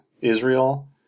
Israel